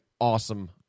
awesome